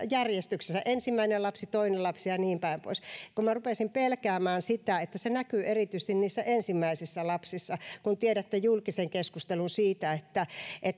järjestyksessä ensimmäinen lapsi toinen lapsi ja niin päin pois kun minä rupesin pelkäämään sitä että se näkyy erityisesti niissä ensimmäisissä lapsissa tiedätte julkisen keskustelun siitä